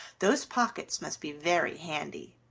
those pockets must be very handy.